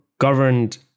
governed